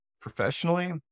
Professionally